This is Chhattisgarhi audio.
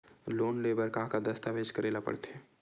लोन ले बर का का दस्तावेज करेला पड़थे?